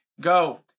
Go